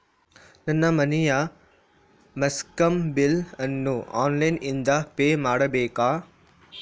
ನನ್ನ ಮನೆಯ ಮೆಸ್ಕಾಂ ಬಿಲ್ ಅನ್ನು ಆನ್ಲೈನ್ ಇಂದ ಪೇ ಮಾಡ್ಬೇಕಾ?